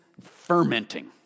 fermenting